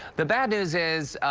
the bad news is,